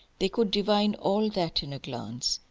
they could divine all that in a glance.